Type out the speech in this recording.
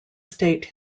state